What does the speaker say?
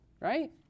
right